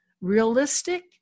realistic